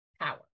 power